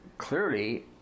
clearly